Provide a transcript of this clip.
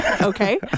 Okay